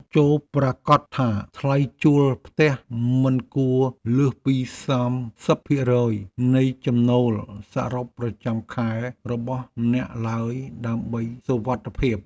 ចូរប្រាកដថាថ្លៃជួលផ្ទះមិនគួរលើសពីសាមសិបភាគរយនៃចំណូលសរុបប្រចាំខែរបស់អ្នកឡើយដើម្បីសុវត្ថិភាព។